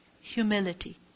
Humility